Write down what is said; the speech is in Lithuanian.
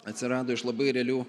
atsirado iš labai realių